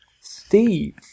Steve